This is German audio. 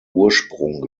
ursprung